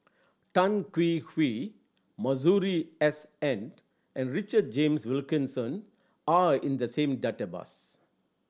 Tan Hwee Hwee Masuri S N and Richard James Wilkinson are in the same database